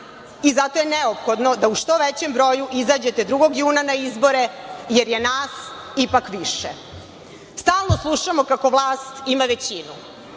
i zato je neophodno da u što većem broju izađete 2. juna 2024. godine na izbore, jer je nas ipak više. Stalno slušamo kako vlast ima većinu